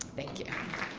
thank you.